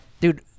dude